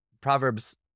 Proverbs